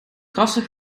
krassen